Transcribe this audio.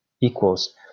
equals